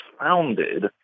founded